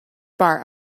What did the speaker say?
bar